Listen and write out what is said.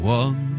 one